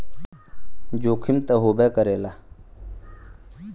जोखिम त होबे करेला